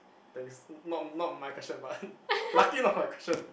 thanks not not not my question but lucky not my question